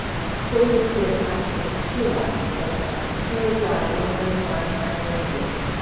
and staid with the inhabitants of keilah till they had securely gathered in their corn and their fruits.